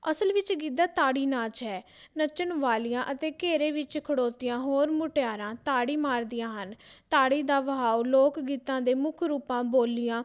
ਅਸਲ ਵਿੱਚ ਗਿੱਧਾ ਤਾੜੀ ਨਾਚ ਹੈ ਨੱਚਣ ਵਾਲੀਆਂ ਅਤੇ ਘੇਰੇ ਵਿੱਚ ਖੜੋਤੀਆਂ ਹੋਰ ਮੁਟਿਆਰਾਂ ਤਾੜੀ ਮਾਰਦੀਆਂ ਹਨ ਤਾੜੀ ਦਾ ਵਹਾਓ ਲੋਕ ਗੀਤਾਂ ਦੇ ਮੁੱਖ ਰੂਪਾਂ ਬੋਲੀਆਂ